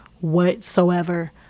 whatsoever